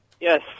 Yes